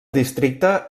districte